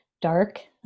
dark